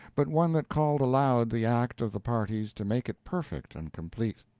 but one that called aloud the act of the parties to make it perfect and complete.